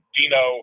Dino